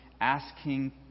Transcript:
asking